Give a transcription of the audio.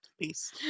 peace